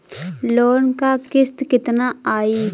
Loan क किस्त कितना आई?